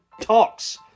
talks